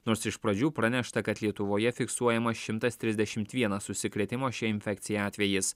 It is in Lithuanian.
nors iš pradžių pranešta kad lietuvoje fiksuojama šimtas trisdešimt vienas užsikrėtimo šia infekcija atvejis